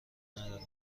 ندارم